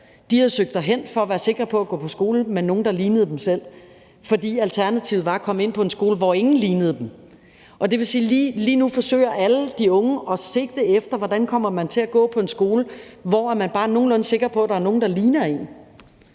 De havde søgt derhen for at være sikre på at gå på skole med nogle, der lignede dem selv, fordi alternativet var at komme ind på en skole, hvor ingen lignede dem. Det vil sige, at lige nu forsøger alle de unge at sigte efter at komme til at gå på en skole, hvor man bare er nogenlunde sikker på, at der er nogle, der ligner en.